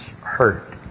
hurt